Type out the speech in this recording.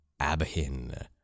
Abhin